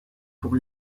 pour